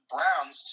Browns